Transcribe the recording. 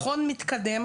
מכון מתקדם